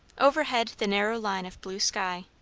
overhead the narrow line of blue sky.